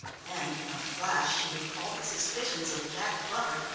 then in a flash she recalled the suspicions of jack glover,